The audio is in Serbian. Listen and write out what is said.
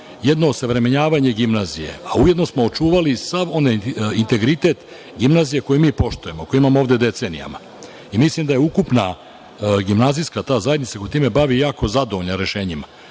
jedno osavremenjavanje gimnazije, a ujedno smo očuvali sav onaj integritet gimnazije koji mi poštujemo, koji imamo ovde decenijama. Mislim da je ukupna gimnazijska zajednica koja se time bavi jako zadovoljna rešenjima.